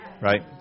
Right